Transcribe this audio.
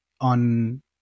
on